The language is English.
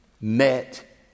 met